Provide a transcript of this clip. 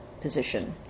position